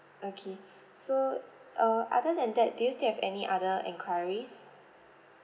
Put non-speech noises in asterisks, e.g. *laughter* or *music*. okay *breath* so uh other than that do you still have any other enquiries